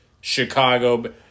Chicago